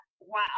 wow